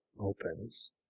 opens